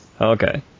Okay